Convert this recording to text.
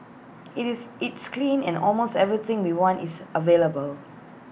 IT is it's clean and almost everything we want is available